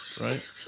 right